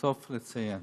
בסוף לציין